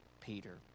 Peter